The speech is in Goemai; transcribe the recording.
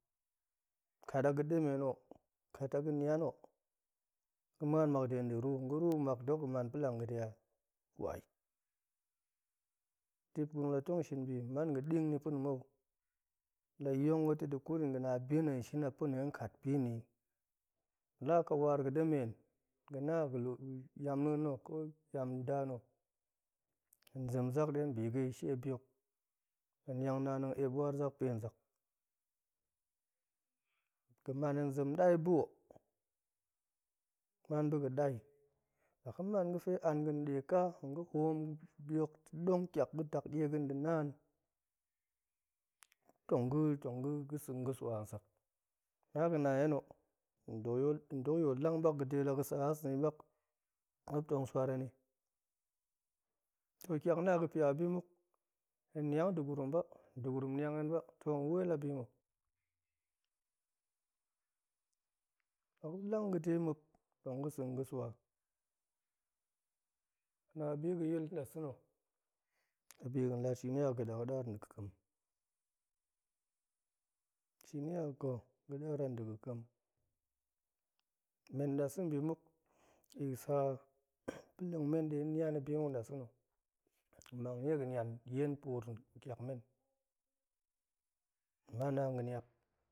Kat a ga̱ ɗemen o, kat a ga̱nian o, ga̱ma̱an mak de da̱ ruu, nga̱ ruu nmak dok ga̱ man pa̱ lang ga̱de a, kwai, dip gurum latong shin bi man ga̱ ɗing ni pa̱na̱ mou, layong ga̱ ta̱ la da̱ kut yin ga̱na bina̱ hen shin a pa̱na̱ hen kat bina̱ i, la a ƙawar ga̱ ɗemen ga̱na ga̱lu, yamneen na̱ ko yamndana̱ hen zem zak ɗe hen bi ga̱ shie bihok laniang naan tong eep waar zak pen zak, ga̱ man hen zem ɗai ba o, man ba̱ga̱ ɗai, laga̱man fe an ga̱n ɗe ƙaa tong ga̱ hoom bihok ta̱ɗong nkiak ga̱, daknie ga̱ nda̱ naan, tong ga̱-tong ga̱ ga̱ sa̱ ga̱ swa sak, na ga̱ na hen o ndoyo-ndokyo lang mak laga̱de ga̱ sa̱haas nna̱ i mak muop tong swar hen i oh ƙiak na̱ a ga̱ pia bimuk hen niang nda̱urum ba, nda̱gurum niang hen ba toh hen wel a bi ma̱ laga̱ lang ga̱de muop, tong ga̱ sa̱ ga̱ swa, na bi ga̱ yil nɗasena̱ abi gan lat shini a ga̱ ɗaga̱dar tong ga̱ kel, shini a ga̱, ga̱ɗar an da̱ ga̱ ƙem, men nnasena̱ bimuk biga̱ sa ma̱ mang nie ga̱nian yen puur nƙiak men ama naan ga̱ niap